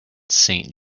saint